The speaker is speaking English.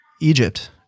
Egypt